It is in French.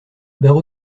barreau